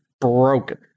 broken